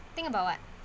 think about what